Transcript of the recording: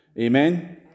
Amen